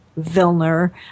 Vilner